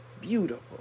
Beautiful